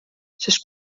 sest